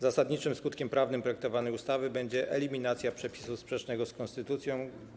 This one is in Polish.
Zasadniczym skutkiem prawnym projektowanej ustawy będzie eliminacja przepisu sprzecznego z konstytucją.